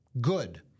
Good